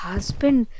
Husband